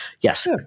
yes